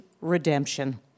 redemption